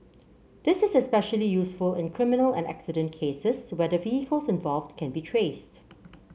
this is especially useful in criminal and accident cases where the vehicles involved can be traced